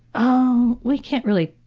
um we can't really